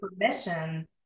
permission